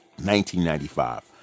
1995